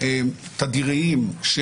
מה אנחנו יכולים לעשות.